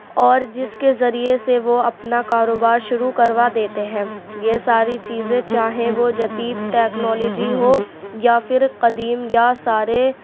اور جس کے ذریعے سے وہ اپنا کاروبار شروع کروا دیتے ہیں یہ ساری چیزیں چاہے وہ جدید ٹیکنالوجی ہو یا پھر قدیم یا سارے